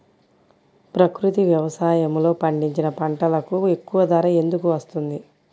ప్రకృతి వ్యవసాయములో పండించిన పంటలకు ఎక్కువ ధర ఎందుకు వస్తుంది?